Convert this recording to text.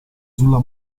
sulla